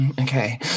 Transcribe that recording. Okay